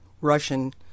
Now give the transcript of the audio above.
Russian